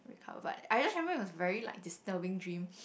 recovered but I just remember it was very like disturbing dream